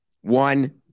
One